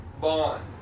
bond